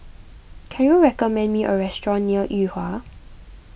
can you recommend me a restaurant near Yuhua